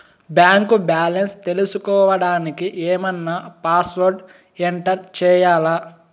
Bank balance తెలుసుకోవడానికి ఏమన్నా password enter చేయాలా?